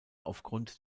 aufgrund